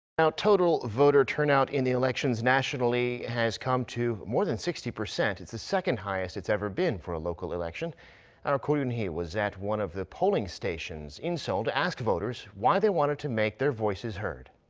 total voter turnout in the elections, nationally, has come to more than sixty percent. it's the second highest it's ever been for a local election our ko roonhee was at one of the polling stations in seoul to ask voters why they wanted to make their voices heard.